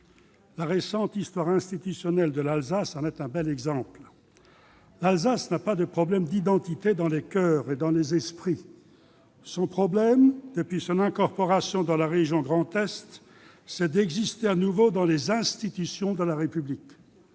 la récente histoire institutionnelle de l'Alsace en est un bel exemple. L'Alsace n'a pas de problème d'identité dans les coeurs et dans les esprits. Son problème, depuis son incorporation dans la région Grand Est, c'est d'exister de nouveau dans les institutions de la République.